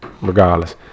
Regardless